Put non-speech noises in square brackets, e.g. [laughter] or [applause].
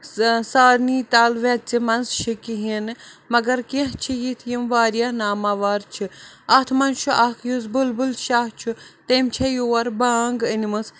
سٔہ سارنی [unintelligible] منٛز چھِ کِہیٖنۍ نہٕ مگر کیٚنہہ چھِ یِتھۍ یِم واریاہ ناماوار چھِ اَتھ منٛز چھُ اَکھ یُس بُلبُل شاہ چھُ تٔمۍ چھےٚ یور بانٛگ أنۍمٕژ